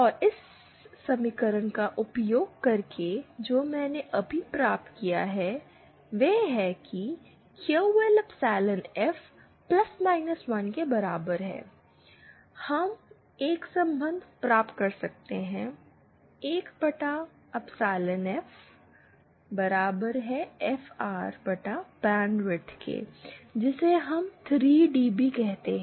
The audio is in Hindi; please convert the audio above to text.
और इस समीकरण का उपयोग करके जो मैंने अभी प्राप्त किया है वह है क्यूएल एप्सिलॉन एफ 1 के बराबर है हम एक संबंध प्राप्त कर सकते हैं 1 बटा एप्सिलॉन एफ बराबर है एफआर बटा बैंडविड्थ के जिसे हम 3 डीबी कहते हैं